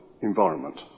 environment